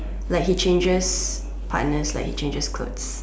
like he changes partners like he changes clothes